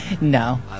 No